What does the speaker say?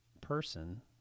person